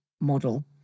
model